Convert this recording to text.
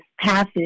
passage